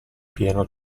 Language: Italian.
pieno